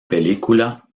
película